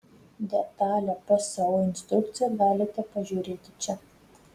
detalią pso instrukciją galite pažiūrėti čia